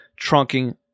trunking